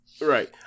right